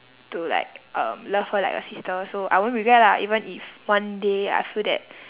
to like um love her like a sister so I won't regret lah even if one day I feel that